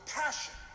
passion